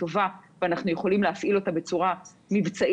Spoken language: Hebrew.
טובה ואנחנו יכולים להפעיל אותה בצורה מבצעית,